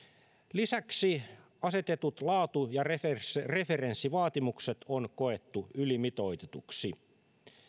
lisäksi asetetut laatu ja referenssivaatimukset on koettu ylimitoitetuiksi